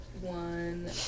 one